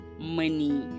money